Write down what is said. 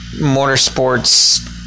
Motorsports